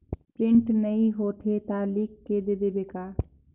Print नइ होथे ता लिख के दे देबे का?